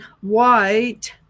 white